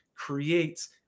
creates